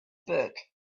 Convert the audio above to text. book